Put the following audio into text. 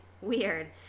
weird